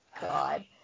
God